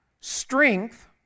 strength